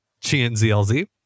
G-N-Z-L-Z